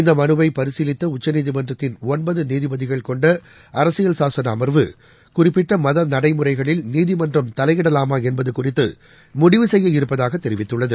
இந்தமனுவைபரிசீலித்தஉச்சநீதிமன்றத்தின் ஒன்பதுநீதிபதிகள் கொண்டஅரசியல் சாசனஅமர்வு குறிப்பிட்டமதநடைமுறைகளில் நீதிமன்றம் தலையிடலாமாஎன்பதுகுறித்துமுடிவு செய்ய இருப்பதாகத் தெரிவித்துள்ளது